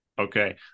Okay